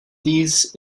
these